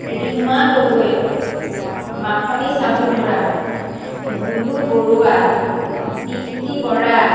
Rima Gogoi Makhani Chabukdhara Bulu Barua Dipti Bora